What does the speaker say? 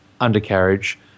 undercarriage